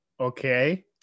okay